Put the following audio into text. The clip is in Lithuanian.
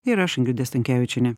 ir aš ingrida stankevičienė